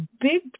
big